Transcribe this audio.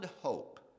hope